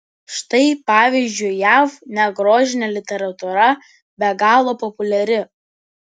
štai pavyzdžiui jav negrožinė literatūra be galo populiari